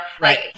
Right